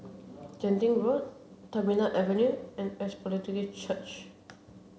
Genting Road Terminal Avenue and Apostolic Church